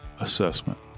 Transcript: assessment